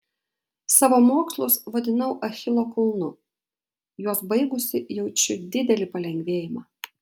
savo mokslus vadinau achilo kulnu juos baigusi jaučiu didelį palengvėjimą